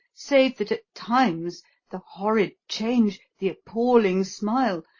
save that at times the horrid change, the appalling smile,